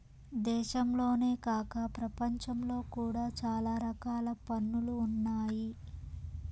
దేశంలోనే కాక ప్రపంచంలో కూడా చాలా రకాల పన్నులు ఉన్నాయి